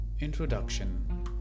Introduction